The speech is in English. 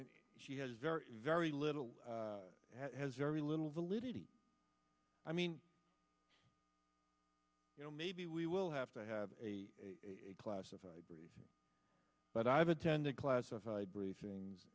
and she has very very little has very little validity i mean you know maybe we will have to have a classified briefing but i've attended classified briefings